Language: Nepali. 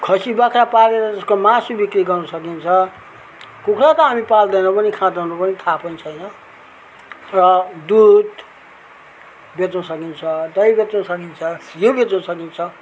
खसी बाख्रा पालेर त्यसको मासु बिक्री गर्नु सकिन्छ कुखुरा त हामी पाल्दैनौँ पनि खाँदैनौँ पनि थाह पनि छैन र दुध बेच्नु सकिन्छ दही बेच्नु सकिन्छ घिउ बेच्नु सकिन्छ